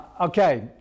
okay